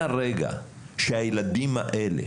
מהרגע שהילדים האלה